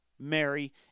Mary